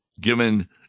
given